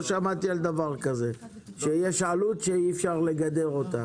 לא שמעתי על דבר כזה שיש עלות שאי אפשר לגדר אותה.